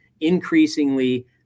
increasingly